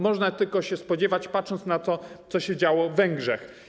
Można tylko się spodziewać, patrząc na to, co się działo na Węgrzech.